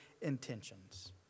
intentions